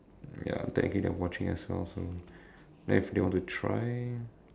ya technically they are watching as well so then if they want to try